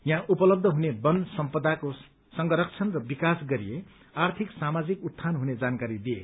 यहाँ उपलब्ध हुने बन सम्पदाको संरक्षण र विकास गरिए आर्थिक सामाजिक उत्थान हुने जानकारी दिए